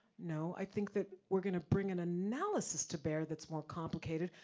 no, i think that we're gonna bring an analysis to bear that's more complicated,